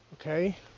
Okay